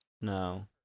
No